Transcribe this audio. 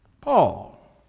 Paul